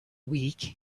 week